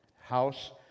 house